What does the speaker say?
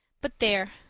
but there.